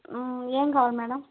ఏమి కావాలి మేడం